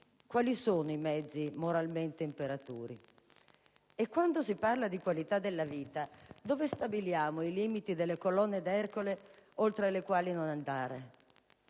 Quali sono i mezzi moralmente imperituri? E quando si parla di qualità della vita, dove stabiliamo i limiti delle Colonne d'Ercole, oltre le quali non andare?